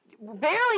barely